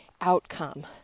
outcome